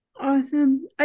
Awesome